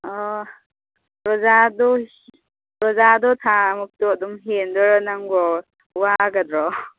ꯑꯣ ꯔꯣꯖꯥꯗꯣ ꯔꯣꯖꯥꯗꯣ ꯊꯥ ꯃꯨꯛꯇꯣ ꯑꯗꯨꯝ ꯍꯦꯟꯗꯣꯏꯔꯣ ꯅꯪꯕꯨ ꯋꯥꯒꯗ꯭ꯔꯣ